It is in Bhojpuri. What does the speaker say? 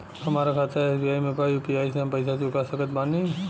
हमारा खाता एस.बी.आई में बा यू.पी.आई से हम पैसा चुका सकत बानी?